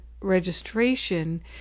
registration